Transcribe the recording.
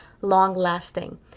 long-lasting